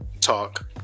talk